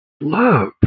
Love